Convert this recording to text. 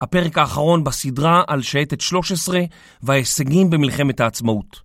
הפרק האחרון בסדרה על שייטת 13 וההישגים במלחמת העצמאות.